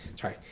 sorry